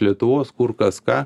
lietuvos kur kas ką